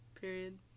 period